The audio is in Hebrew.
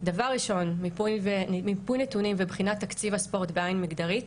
דבר ראשון מיפוי נתונים ובחינת תקציב הספורט בעין מגדרית.